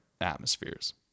atmospheres